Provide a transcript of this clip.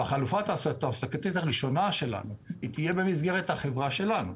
החלופה התעסוקתית הראשונה שלנו תהיה במסגרת החברה שלנו,